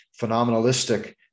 phenomenalistic